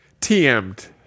TM'd